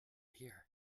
here